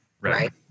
right